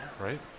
Right